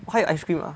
会有 ice cream ah